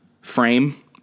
frame